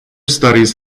studies